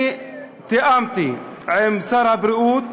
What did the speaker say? תיאמתי עם שר הבריאות,